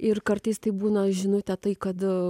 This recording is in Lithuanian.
ir kartais taip būna žinutė tai kad